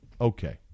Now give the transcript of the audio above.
okay